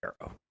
Arrow